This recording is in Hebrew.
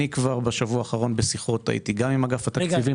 בשבוע האחרון הייתי בשיחות גם עם אגף התקציבים,